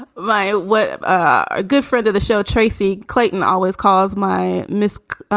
my what a good friend of the show tracy clayton always calls my misc.